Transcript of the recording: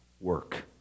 work